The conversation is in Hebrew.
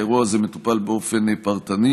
האירוע הזה מטופל באופן פרטני,